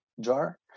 jar